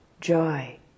joy